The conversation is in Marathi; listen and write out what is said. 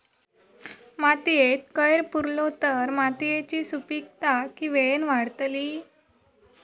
मातयेत कैर पुरलो तर मातयेची सुपीकता की वेळेन वाडतली?